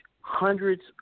hundreds